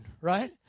right